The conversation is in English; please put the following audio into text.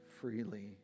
freely